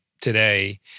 today